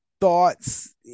thoughts